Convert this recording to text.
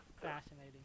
Fascinating